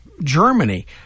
Germany